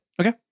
Okay